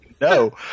No